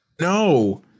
no